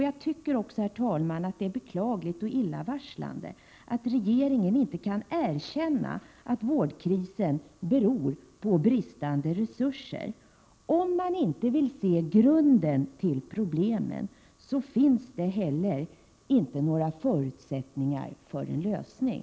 Jag tycker också, herr talman, att det är beklagligt och illavarslande att regeringen inte kan erkänna att vårdkrisen beror på bristande resurser. Om man inte vill se grunden till problemen, finns det heller inte några förutsättningar för en lösning.